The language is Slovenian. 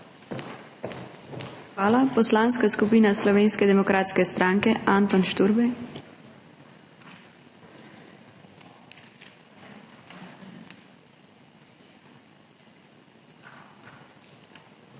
Hvala. Poslanska skupina Slovenske demokratske stranke, Anton Šturbej.